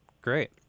Great